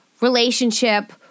relationship